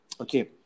Okay